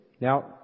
Now